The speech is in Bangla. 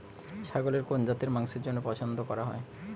ছাগলের কোন জাতের মাংসের জন্য পছন্দ করা হয়?